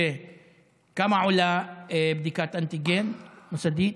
כמה עולה בדיקת אנטיגן מוסדית?